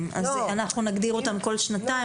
אז אם אנחנו נחייב אותם כול שנתיים,